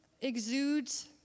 exudes